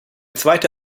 zweite